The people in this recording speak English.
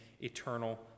eternal